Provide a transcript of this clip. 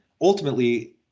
ultimately